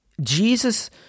Jesus